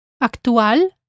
Actual